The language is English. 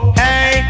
hey